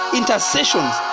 intercessions